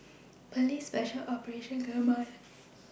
Police Special Operations Command